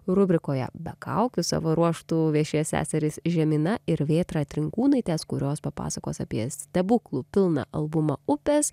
rubrikoje be kaukių savo ruožtu viešės seserys žemina ir vėtra trinkūnaitės kurios papasakos apie stebuklų pilną albumą upės